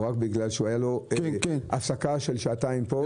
או בגלל שהייתה לו הפסקה של שעתיים באמצע.